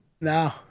No